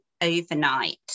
overnight